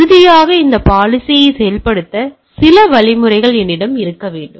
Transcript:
இறுதியாக இந்தக் பாலிசியைச் செயல்படுத்த சில வழிமுறைகள் என்னிடம் இருக்க வேண்டும்